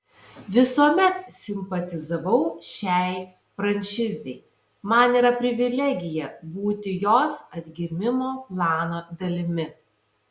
visuomet simpatizavau šiai franšizei man yra privilegija būti jos atgimimo plano dalimi